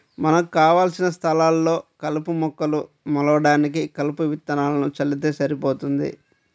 మనకు కావలసిన స్థలాల్లో కలుపు మొక్కలు మొలవడానికి కలుపు విత్తనాలను చల్లితే సరిపోతుంది